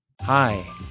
Hi